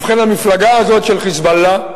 ובכן, המפלגה הזו "חיזבאללה",